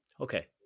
Okay